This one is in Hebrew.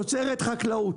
תוצרת חקלאות.